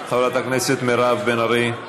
חברת הכנסת מירב בן ארי,